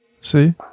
See